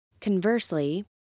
Conversely